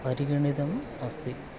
परिगणितम् अस्ति